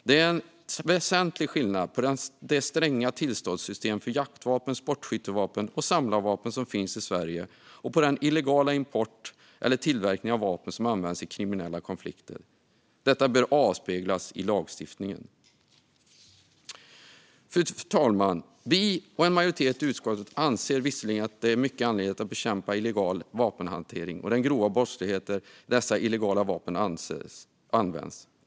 Det är en väsentlig skillnad på det stränga tillståndssystem för jaktvapen, sportskyttevapen och samlarvapen som finns i Sverige och den illegala importen eller tillverkningen av vapen som används i kriminella konflikter. Detta bör avspeglas i lagstiftningen. Fru talman! Vi och en majoritet i utskottet anser visserligen att det är mycket angeläget att bekämpa illegal vapenhantering och den grova brottslighet där dessa illegala vapen används.